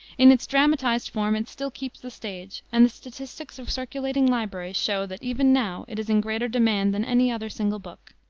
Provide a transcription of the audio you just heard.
in its dramatized form it still keeps the stage, and the statistics of circulating libraries show that even now it is in greater demand than any other single book.